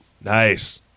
Nice